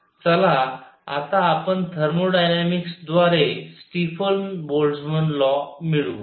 आता चला आपण थर्मोडायनामिक्सद्वारे स्टीफन बोल्टझ्मन लॉ मिळवू